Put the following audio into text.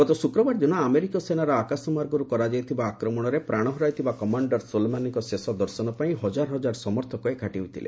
ଗତ ଶୁକ୍ରବାର ଦିନ ଆମେରିକୀୟ ସେନାର ଆକାଶମାର୍ଗରୁ କରାଯାଇଥିବା ଆକ୍ରମଣରେ ପ୍ରାଣ ହରାଇଥିବା କମାଣ୍ଡର ସୋଲେମାନିଙ୍କ ଶେଷ ଦର୍ଶନ ପାଇଁ ହଜାର ହଜାର ସମର୍ଥକ ଏକାଠି ହୋଇଥିଲେ